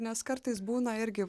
nes kartais būna irgi